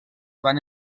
van